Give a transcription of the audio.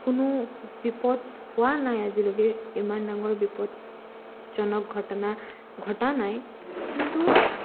কোনো বিপদ হোৱা নাই আজিলৈকে ইমান ডাঙৰ বিপদজনক ঘটনা ঘটা নাই কিন্তু